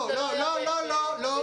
לחברות ולחברי הוועדה וליתר המשתתפים בדיון.